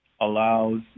allows